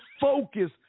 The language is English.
focus